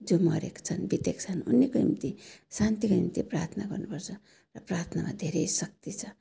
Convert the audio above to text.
जो मरेको छन् बितेको छन् उनीको निम्ति शान्तिको निम्ति प्रार्थना गर्नु पर्छ र प्रार्थनामा धेरै शक्ति छ